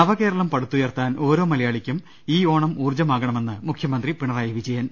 നവകേരളം പടുത്തുയർത്താൻ ഓരോ മലയാളിക്കും ഈ ഓണം ഊർജമാകണമെന്ന് മുഖ്യമന്ത്രി പിണറായി വിജയൻ